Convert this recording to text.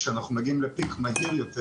כשאנחנו מגיעים לפיק מהיר יותר